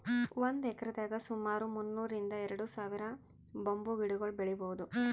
ಒಂದ್ ಎಕ್ರೆದಾಗ್ ಸುಮಾರ್ ಮುನ್ನೂರ್ರಿಂದ್ ಎರಡ ಸಾವಿರ್ ಬಂಬೂ ಗಿಡಗೊಳ್ ಬೆಳೀಭೌದು